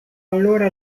allora